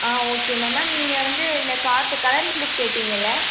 ஆ okay ma'am ma'am நீங்கள் வந்து இந்த கார்ட்டு கலரிங் புக் கேட்டிங்கள்ல